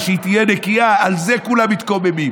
הדמוקרטיה, שהיא תהיה נקייה, על זה כולם מתקוממים.